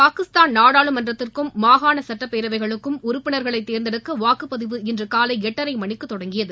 பாகிஸ்தான் நாடாளுமன்றத்திற்கும் மாகாண சட்டப் பேரவைகளுக்கும் உறுப்பினர்களை தேர்ந்தெடுக்க வாக்குப்பதிவு இன்று காலை எட்டரை மணிக்கு தொடங்கியது